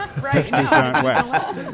Right